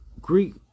Greek